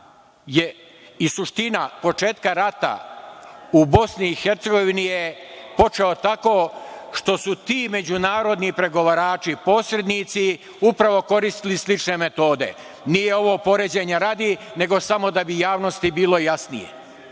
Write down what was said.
i suština početka rata u BiH je počeo tako što su ti međunarodni pregovarači, posrednici, upravo koristili slične metode. Nije ovo poređenja radi, nego samo da bi javnosti bilo jasnije,